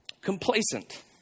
complacent